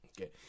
okay